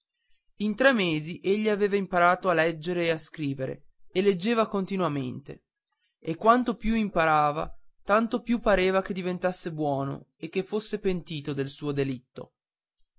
in tre mesi egli aveva imparato a leggere e a scrivere e leggeva continuamente e quanto più imparava tanto più pareva che diventasse buono e che fosse pentito del suo delitto